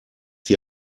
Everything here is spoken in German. die